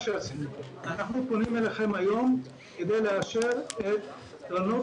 אנחנו פונים אליכם היום כדי לאשר קרנות